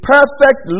Perfect